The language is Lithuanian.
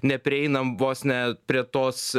neprieiname vos ne prie tos